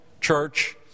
church